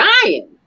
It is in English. dying